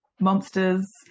monsters